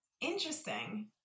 Interesting